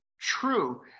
true